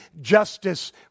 justice